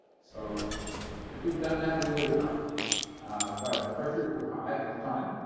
so if we had done that we would have known but pressures were high at the time.